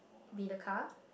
be the car